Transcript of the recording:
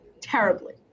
terribly